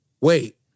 wait